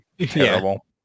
Terrible